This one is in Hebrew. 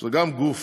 שזה גם גוף